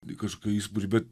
lyg kažkokie įspūdžiai bet